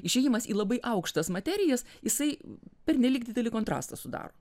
išėjimas į labai aukštas materijas jisai pernelyg didelį kontrastą sudaro